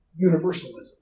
universalism